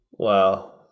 Wow